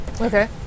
Okay